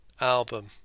album